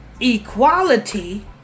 equality